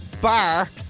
bar